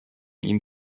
ihm